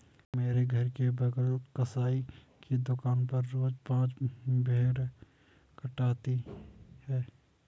मेरे घर के बगल कसाई की दुकान पर रोज पांच भेड़ें कटाती है